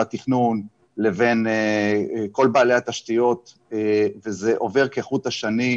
התכנון לבין כל בעלי התשתיות וזה עובר כחוט השני,